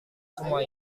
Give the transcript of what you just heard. semua